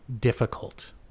difficult